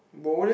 bo leh